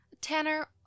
Tanner